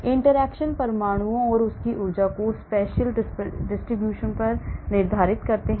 interaction परमाणुओं और उनकी ऊर्जा के spacial distribution का निर्धारण करते हैं